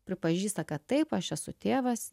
pripažįsta kad taip aš esu tėvas